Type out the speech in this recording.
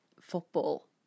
football